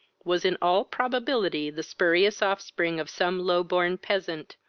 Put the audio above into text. was in all probability the spurious offspring of some low-born peasant,